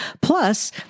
Plus